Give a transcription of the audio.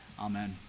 Amen